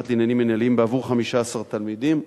לבית-המשפט לעניינים מינהליים בעבור 15 תלמידים,